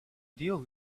deal